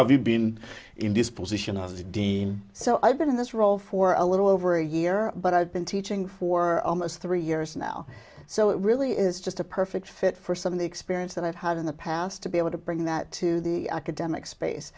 have you been in this position as dean so i've been in this role for a little over a year but i've been teaching for almost three years now so it really is just a perfect fit for some of the experience that i've had in the past to be able to bring that to the academic space